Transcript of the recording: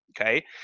okay